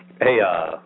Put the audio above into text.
Hey